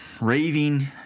raving